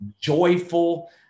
joyful